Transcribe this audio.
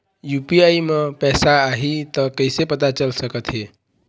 UPI म पैसा आही त कइसे पता चल सकत हे?